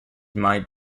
might